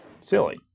silly